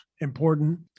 important